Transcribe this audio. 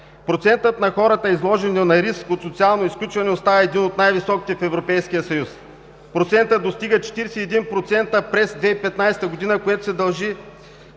„Процентът на хората, изложени на риск от социално изключване, остава един от най-високите в Европейския съюз. Той достига 41% през 2015 г., което се дължи